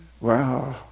Wow